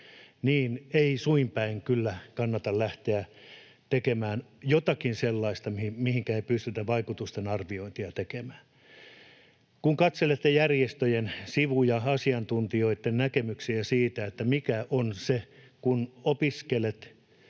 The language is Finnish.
on, ei suin päin kyllä kannata lähteä tekemään jotakin sellaista, mihinkä ei pystytä vaikutustenarviointia tekemään. Kun katselette järjestöjen sivuja ja asiantuntijoitten näkemyksiä siitä, mitä on se, kun opiskelet,